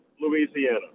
Louisiana